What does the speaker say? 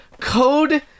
code